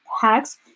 hacks